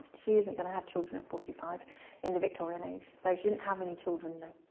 she isn't going to have children at forty five in the victorian age so she didn't have any children, no.